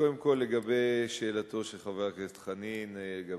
אז קודם כול לשאלתו של חבר הכנסת חנין לגבי